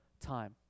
time